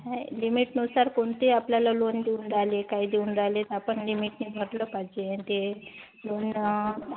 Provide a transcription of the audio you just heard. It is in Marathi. हा लिमिटनुसार कोण ते आपल्याला लोन देऊन राहिले काय देऊन राहिले तर आपण लिमिटनी भरलं पाहिजे ते लोन